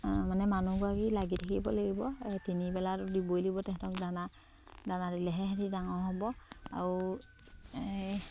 মানে মানুহগৰাকী লাগি থাকিব লাগিব তিনিবেলাটো দিবই দিব তেহেঁতক দানা দানা দিলেহে সিহঁতি ডাঙৰ হ'ব আৰু